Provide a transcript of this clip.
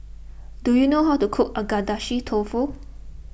do you know how to cook Agedashi Dofu